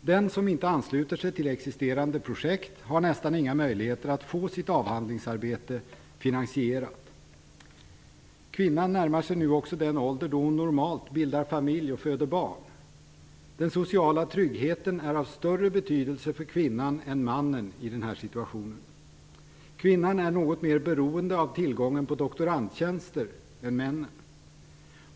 Den som inte ansluter sig till existerande projekt har nästan inga möjligheter att få sitt avhandlingsarbete finansierat. Kvinnan närmar sig nu också den ålder då hon normalt bildar familj och föder barn. Den sociala tryggheten är av större betydelse för kvinnan än för mannen i denna situation. Kvinnan är något mer beroende av tillgången på doktorandtjänster än männen.